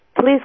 please